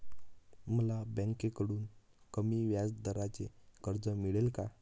मला बँकेकडून कमी व्याजदराचे कर्ज मिळेल का?